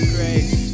Grace